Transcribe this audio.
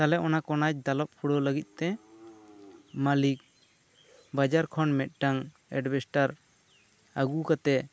ᱛᱟᱞᱮ ᱚᱱᱟ ᱠᱚᱱᱟᱪ ᱫᱟᱞᱚᱵ ᱠᱩᱲᱟᱹᱣ ᱞᱟᱹᱜᱤᱫ ᱛᱮ ᱢᱟᱹᱞᱤᱠ ᱵᱟᱡᱟᱨ ᱠᱷᱚᱱ ᱢᱤᱫᱴᱟ ᱝ ᱮᱰᱽᱵᱮᱥᱴᱟᱨ ᱟᱹᱜᱩ ᱠᱟᱛᱮᱜ